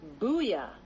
Booyah